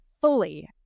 fully